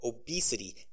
obesity